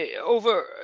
over